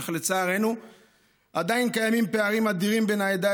אך לצערנו עדיין קיימים פערים אדירים בין העדה